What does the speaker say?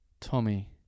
Tommy